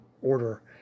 order